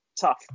tough